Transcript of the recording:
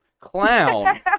Clown